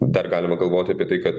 dar galima galvoti apie tai kad